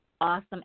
Awesome